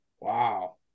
Wow